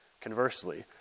Conversely